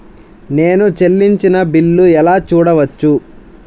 నేను చెల్లించిన బిల్లు ఎలా చూడవచ్చు?